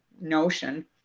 notion